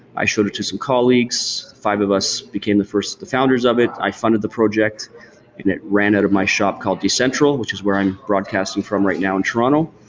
i showed it to some colleagues. five of us became the first founders of it i funded the project and it ran out of my shop called decentral, which is where i'm broadcasting from right now in toronto.